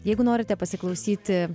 jeigu norite pasiklausyti